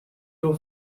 your